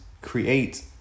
create